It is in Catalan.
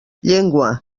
llengua